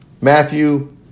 Matthew